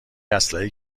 اسلحه